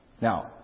Now